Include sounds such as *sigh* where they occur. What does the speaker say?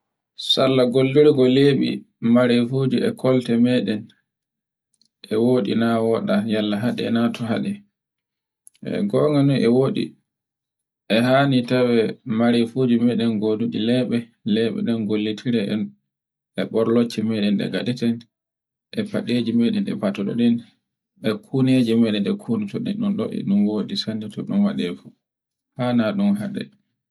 Salla gollirgo lebi mare fuji e kolte meɗen e woɗi na woɗa yalla naɗe na to haɗe. E gonga ni e woɗi e hani tawe marefuji meɗen *noise* goduɗi leɓe, leɓeɗen gollitire e ɓorle tire ɗe ngaɗeten e faɗeje meɗen ɗe fatoto, *noise* e kunneji meɗen ɗe kunoto ɗen ɗun ɗon woɗi sanne to ɗun waɗe fu,. hana ɗun haɗe.